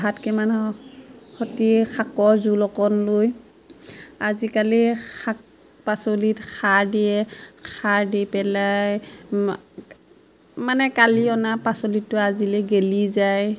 ভাতকেইটামানৰ সৈতে শাকৰ জোল অকণ লৈ আজিকালি শাক পাচলিত সাৰ দিয়ে সাৰ দি পেলাই মা মানে কালি অনা পাচলিতো আজিলৈ গেলি যায়